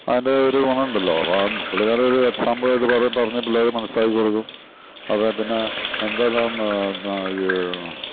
അതിൻ്റെ ഒരു ഗുണമുണ്ടല്ലോ അപ്പം പുള്ളിക്കാർ ഒരു എക്സാമ്പിളായിട്ട് കുറെ പറഞ്ഞ് പിള്ളാരെ മനസ്സിലാക്കി കൊടുക്കും അത് പിന്നെ എന്തെല്ലാം ഈ